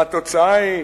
והתוצאה היא,